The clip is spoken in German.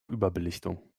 überbelichtung